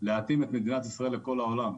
להתאים את מדינת ישראל לכל העולם.